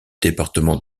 département